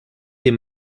des